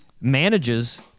manages